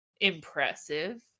impressive